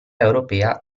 europea